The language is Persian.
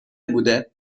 بوده